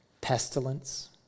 pestilence